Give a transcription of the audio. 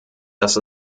dass